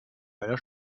einer